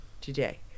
today